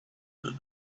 and